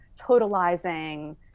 totalizing